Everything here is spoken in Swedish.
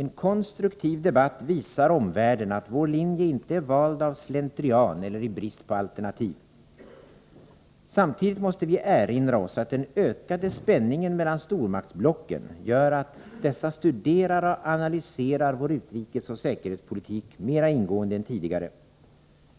En konstruktiv debatt visar omvärlden att vår linje inte är vald av slentrian eller i brist på alternativ. Samtidigt måste vi erinra oss att den ökade spänningen mellan stormaktsblocken gör att dessa studerar och analyserar vår utrikesoch säkerhetspolitik mera ingående än tidigare.